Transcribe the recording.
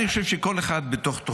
אני חושב שכל אחד בתוך-תוכו